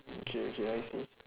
mm okay okay I see